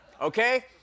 okay